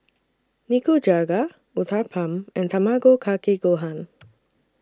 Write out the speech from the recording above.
Nikujaga Uthapam and Tamago Kake Gohan